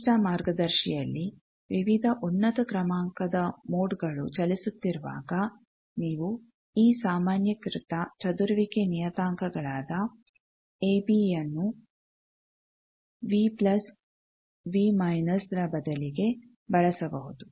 ನಿರ್ದಿಷ್ಟ ಮಾರ್ಗದರ್ಶಿಯಲ್ಲಿ ವಿವಿಧ ಉನ್ನತ ಕ್ರಮಾಂಕದ ಮೋಡ್ಗಳು ಚಲಿಸುತ್ತಿರುವಾಗ ನೀವು ಈ ಸಾಮಾನ್ಯೀಕೃತ ಚದುರುವಿಕೆ ನಿಯತಾಂಕಗಳಾದ ಎ ಬಿ ಯನ್ನು ರ ಬದಲಿಗೆ ಬಳಸಬಹುದು